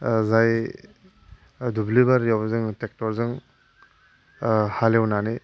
जाय दुब्लि बारियाव जों ट्रेक्ट'रजों हालेवनानै